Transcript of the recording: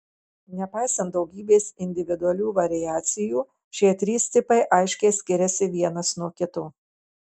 nepaisant daugybės individualių variacijų šie trys tipai aiškiai skiriasi vienas nuo kito